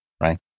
right